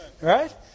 Right